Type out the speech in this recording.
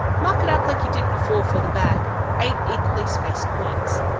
mark it up like you did before for the bag eight equally spaced points.